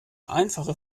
einfache